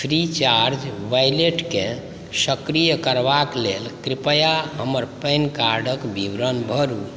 Freecharge वैलेटकेँ सक्रिय करबाक लेल कृपया हमर पैन कार्डक विवरण भरु